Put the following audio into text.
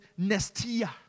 nestia